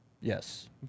Yes